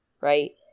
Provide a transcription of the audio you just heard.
right